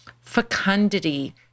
fecundity